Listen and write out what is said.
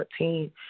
14